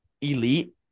elite